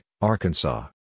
Arkansas